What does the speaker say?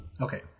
Okay